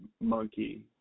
Monkey